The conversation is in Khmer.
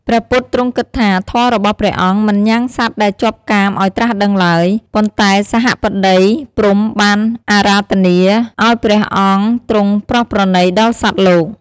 ព្រះពុទ្ធទ្រង់គិតថា ធម៌របស់ព្រះអង្គមិនញ៉ាំងសត្វដែលជាប់កាមឲ្យត្រាស់ដឹងឡើយ ប៉ុន្តែសហម្បតីព្រហ្មបានអារាធនាឲ្យព្រះអង្គទ្រង់ប្រោសប្រណីដល់សត្វលោក។